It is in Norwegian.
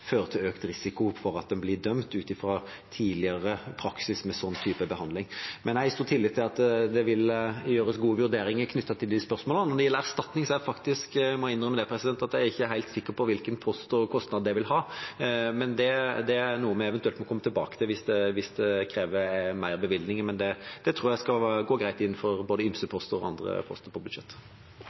til økt risiko for at en blir dømt, ut fra tidligere praksis med en sånn type behandling. Men jeg har stor tillit til at det vil gjøres gode vurderinger knyttet til de spørsmålene. Når det gjelder erstatning, må jeg innrømme at jeg ikke er helt sikker på hvilken post og kostnad det vil ha. Det er noe vi eventuelt må komme tilbake til hvis det krever mer bevilgninger, men det tror jeg skal gå greit innenfor både ymseposten og andre poster på